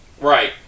Right